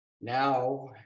now